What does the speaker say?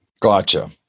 Gotcha